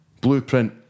Blueprint